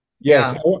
Yes